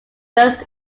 just